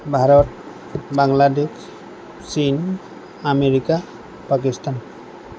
ভাৰত বাংলাদেশ চীন আমেৰিকা পাকিস্তান